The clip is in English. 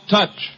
Touch